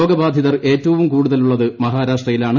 രോഗബധിതർ ഏറ്റവും കൂടുതലുള്ള മഹാരാഷ്ട്രയിലാണ്